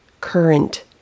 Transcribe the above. Current